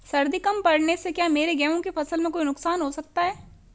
सर्दी कम पड़ने से क्या मेरे गेहूँ की फसल में कोई नुकसान हो सकता है?